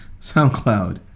SoundCloud